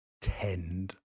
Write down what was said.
tend